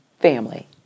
family